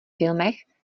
filmech